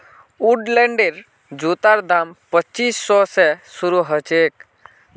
वुडलैंडेर जूतार दाम पच्चीस सौ स शुरू ह छेक